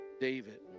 David